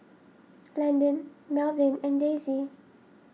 Landen Melvyn and Daisie